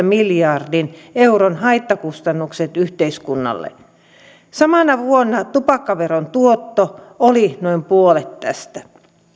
miljardin euron haittakustannukset yhteiskunnalle samana vuonna tupakkaveron tuotto oli noin puolet tästä